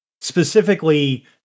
specifically